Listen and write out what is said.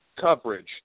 coverage